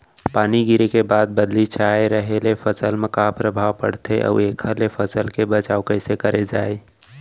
पानी गिरे के बाद बदली छाये रहे ले फसल मा का प्रभाव पड़थे अऊ एखर ले फसल के बचाव कइसे करे जाये?